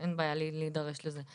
אין בעיה להידרש לזה.